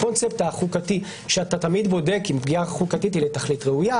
הקונספט החוקתי שאתה תמיד בודק אם פגיעה חוקתית היא לתכלית ראויה,